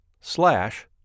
slash